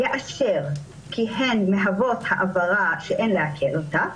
יאשר שהן מהוות העברה שאין לעקל אותה,